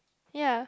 ya